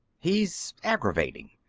he's aggravating.